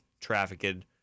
trafficked